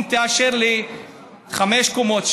אפילו אם תאשר לי חמש קומות,